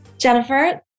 Jennifer